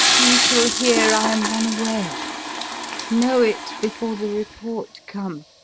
you shall hear i am run away know it before the report come.